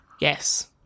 Yes